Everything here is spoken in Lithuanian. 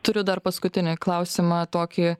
turiu dar paskutinį klausimą tokį